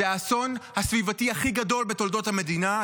זה האסון הסביבתי הכי גדול בתולדות המדינה,